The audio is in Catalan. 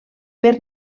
per